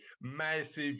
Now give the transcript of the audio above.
massive